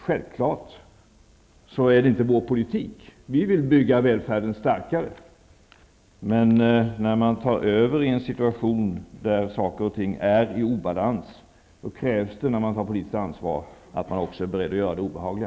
Självfallet är inte det vår politik, utan vi vill bygga välfärden starkare. Men när man tar över en situation där saker och ting är i obalans krävs att man också är beredd att göra det obehagliga.